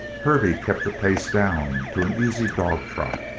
hervey kept the pace down to an easy dog-trot.